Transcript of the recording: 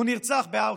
הוא נרצח באושוויץ.